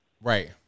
Right